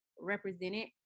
represented